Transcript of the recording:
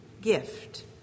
gift